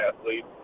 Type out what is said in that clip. athlete